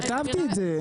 כתבתי את זה.